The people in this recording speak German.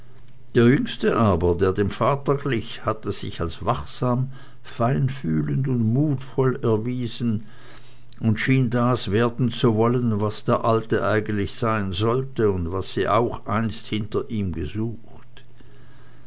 der jüngste aber der dem vater glich hatte sich als wachsam feinfühlend und mutvoll erwiesen und schien das werden zu wollen was der alte eigentlich sein sollte und was sie einst auch hinter ihm gesucht